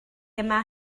yma